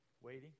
waiting